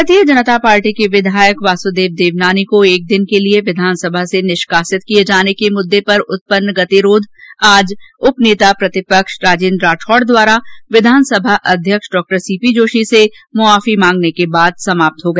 भारतीय जनता पार्टी के विधायक वासुदेव देवनानी को एक दिन के लिए विधानसभा से निष्कासित किए जाने के मुद्दे पर उत्पन्न गतिरोध आज उप नेता प्रतिपक्ष राजेन्द्र राठौड द्वारा विधानसभा अध्यक्ष डॉ सीपी जोशी से माफी मांगने के बाद समाप्त हो गया